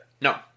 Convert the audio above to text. No